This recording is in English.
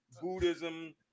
Buddhism